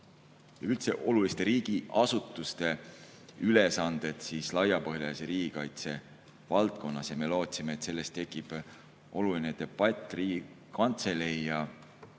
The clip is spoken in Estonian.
üldse oluliste riigiasutuste ülesanded laiapõhjalise riigikaitse valdkonnas. Me lootsime, et sellest tekib oluline debatt Riigikantselei ja